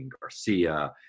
Garcia